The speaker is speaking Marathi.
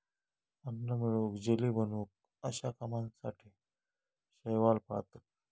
अन्न मिळवूक, जेली बनवूक अश्या कामासाठी शैवाल पाळतत